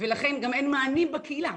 ולכן גם אין מענים בקהילה.